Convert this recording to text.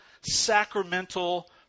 sacramental